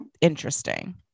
interesting